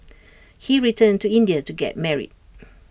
he returned to India to get married